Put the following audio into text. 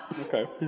Okay